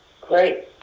Great